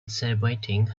celebrating